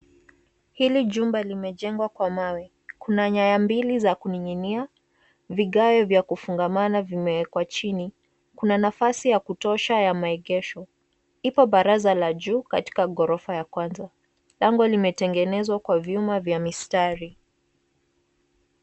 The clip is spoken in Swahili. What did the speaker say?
Hili jumba limejengwa kwa mawe kuna nyaya mbili za kuningi'inia, vigae vya kufungamana vimewekwa chini. Kuna nafasi ya kutosha ya maegesho. Ipo baraza la juu katika ghorofa ya kwanza. Lango limetengenezwa kwa vyuma vya mistari.